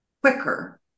quicker